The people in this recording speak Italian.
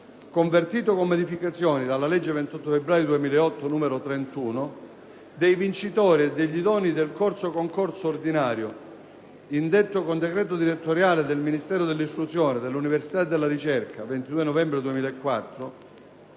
convertito, con modificazioni, dalla legge 28 febbraio 2008, n. 31, dei vincitori e degli idonei del corso-concorso ordinario indetto con decreto direttoriale del Ministero dell'istruzione, dell'università e della ricerca 22 novembre 2004